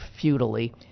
futilely